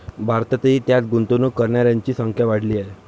भारतातही त्यात गुंतवणूक करणाऱ्यांची संख्या वाढली आहे